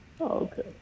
Okay